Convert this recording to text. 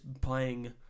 playing